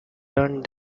learned